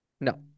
no